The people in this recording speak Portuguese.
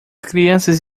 crianças